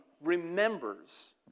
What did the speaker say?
remembers